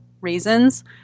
reasons